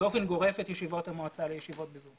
באופן גורף את ישיבות המועצה לישיבות ב-זום.